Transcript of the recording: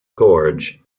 gorge